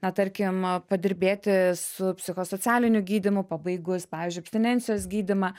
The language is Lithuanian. na tarkim a padirbėti su psichosocialiniu gydymu pabaigus pavyzdžiui abstinencijos gydymą